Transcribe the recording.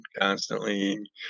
constantly